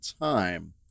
time